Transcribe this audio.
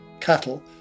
cattle